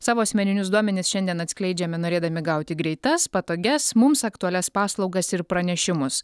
savo asmeninius duomenis šiandien atskleidžiame norėdami gauti greitas patogias mums aktualias paslaugas ir pranešimus